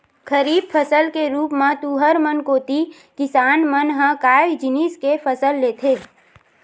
खरीफ फसल के रुप म तुँहर मन कोती किसान मन ह काय जिनिस के फसल लेथे?